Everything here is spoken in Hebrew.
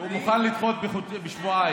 הוא מוכן לדחות בשבועיים.